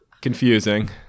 Confusing